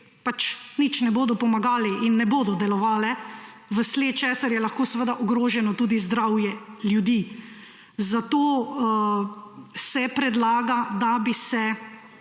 pač nič ne bodo pomagali in ne bodo delovali, vsled česar je lahko seveda ogroženo tudi zdravje ljudi. Zato se predlaga, da bi se